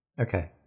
Okay